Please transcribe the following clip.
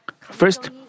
First